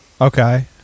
Okay